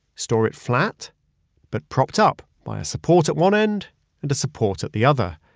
store it flat but propped up by a support at one end and a support at the other.